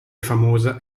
famosa